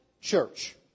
church